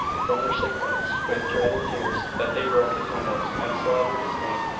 from their sick beds, with dread and tears, that they broke his windows, and slandered his name.